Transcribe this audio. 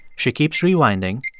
she keeps rewinding,